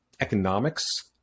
economics